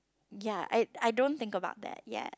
ya I I don't think about that yet